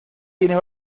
tienes